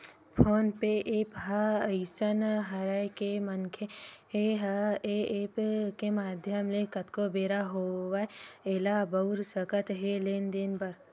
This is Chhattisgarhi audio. फोन पे ऐप ह अइसन हरय के मनखे ह ऐ ऐप के माधियम ले कतको बेरा होवय ऐला बउर सकत हे लेन देन बर